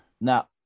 Now